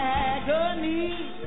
agony